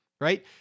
right